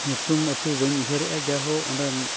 ᱧᱩᱛᱩᱢ ᱟᱹᱛᱩ ᱵᱟᱹᱧ ᱩᱭᱦᱟᱹᱨᱮᱜᱼᱟ ᱡᱟᱭ ᱦᱳᱠ ᱚᱸᱰᱮ